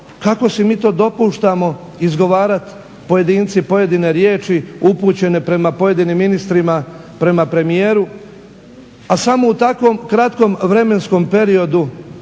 kako si mi to dopuštamo izgovarati pojedinci pojedine riječi upućene prema pojedinim ministrima, prema premijeru, a samo u takvom kratkom vremenskom periodu